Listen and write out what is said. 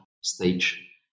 stage